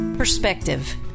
perspective